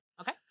Okay